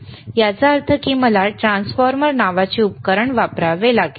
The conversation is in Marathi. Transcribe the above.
तर याचा अर्थ असा की मला ट्रान्सफॉर्मर नावाचे उपकरण वापरावे लागेल